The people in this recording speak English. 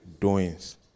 doings